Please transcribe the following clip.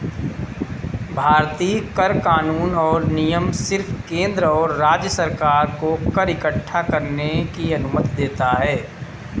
भारतीय कर कानून और नियम सिर्फ केंद्र और राज्य सरकार को कर इक्कठा करने की अनुमति देता है